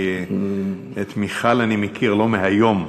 כי את מיכל אני מכיר לא מהיום,